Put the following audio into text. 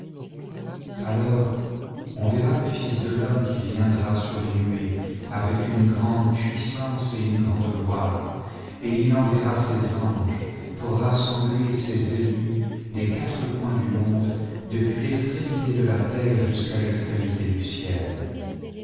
alors on verra le fils de l'homme qui viendra sur les nuées avec une grande puissance et une grande gloire et il enverra ses anges pour rassembler ses élus des quatre coins du monde depuis l'extrémité de la terre jusqu'à l'extrémité du ciel